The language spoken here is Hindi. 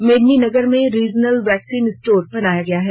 मेदिनीनगर में रिजनल वैक्सीन स्टोर बनाया गया है